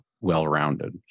well-rounded